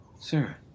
sir